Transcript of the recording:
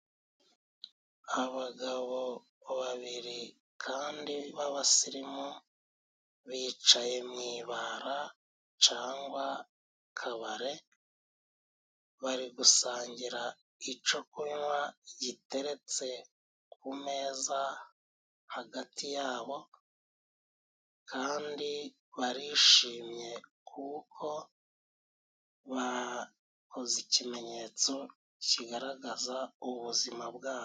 Abagabo babiri kandi b'abasirimu bicaye mw'ibara cangwa kabare, bari gusangira ico kunywa giteretse ku meza hagati yabo, kandi barishimye, kuko bakoze ikimenyetso kigaragaza ubuzima bwabo.